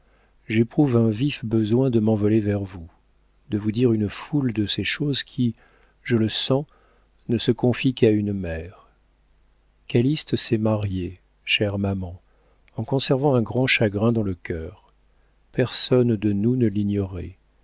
j'éprouve un vif besoin de m'envoler vers vous de vous dire une foule de ces choses qui je le sens ne se confient qu'à une mère calyste s'est marié chère maman en conservant un grand chagrin dans le cœur personne de nous ne l'ignorait